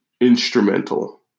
instrumental